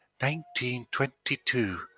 1922